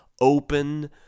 open